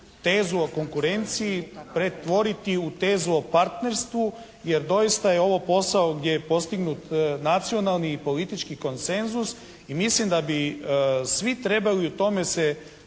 tezu o konkurenciji pretvoriti o tezi o partnerstvu jer doista je ovo posao gdje je postignut nacionalni i politički koncenzus i mislim da bi svi trebali u tome